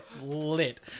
Lit